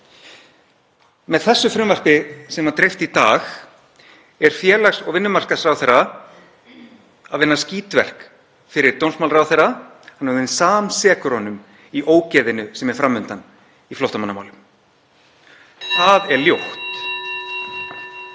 Með frumvarpinu sem var dreift í dag er félags- og vinnumarkaðsráðherra að vinna skítverk fyrir dómsmálaráðherra, hann er orðinn samsekur honum í ógeðinu sem er fram undan í flóttamannamálum. Það er ljótt.